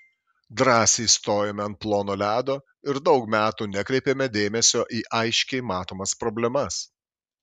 drąsiai stojome ant plono ledo ir daug metų nekreipėme dėmesio į aiškiai matomas problemas